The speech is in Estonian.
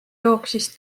jooksis